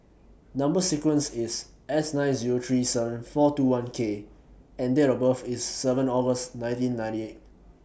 Number sequence IS S nine Zero three seven four two one K and Date of birth IS seven August nineteen ninety eight